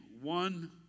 one